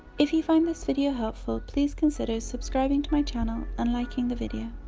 if you find this video helpful please consider subscribing to my channel and liking the video!